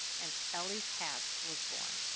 and ellie's hats was born!